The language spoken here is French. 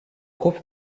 groupe